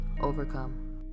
overcome